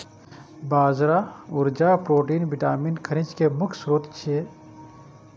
बाजरा ऊर्जा, protein, vitamin, खनिज के मुख्य स्रोत छियै